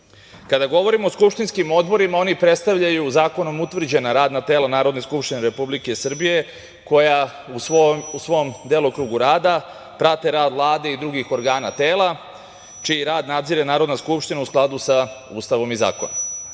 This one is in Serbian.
govorimo o skupštinskim odborima, oni predstavljaju zakonom utvrđena radna tela Narodne skupštine Republike Srbije koja u svom delokrugu rada prate rad Vlade i drugih organa, tela, a čiji rad nadzire Narodna skupština u skladu sa Ustavom i zakonom.